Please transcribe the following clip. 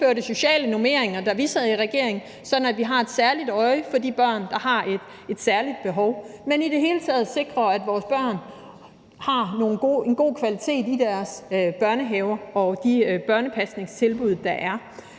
vi indførte sociale normeringer, sådan at vi har et særligt øje for de børn, der har et særligt behov, og i det hele taget sikrer, at vores børn oplever en god kvalitet i deres børnehaver og de øvrige børnepasningstilbud, der er.